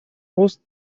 рост